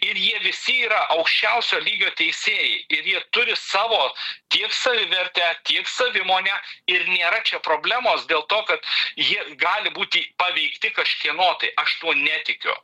ir jie visi yra aukščiausio lygio teisėjai ir jie turi savo tiek savivertę tiek savimonę ir nėra čia problemos dėl to kad jie gali būti paveikti kažkieno tai aš tuo netikiu